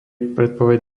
predpoveď